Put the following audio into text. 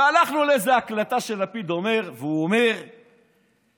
והלכנו לאיזו הקלטה שלפיד אומר, והוא אומר ככה,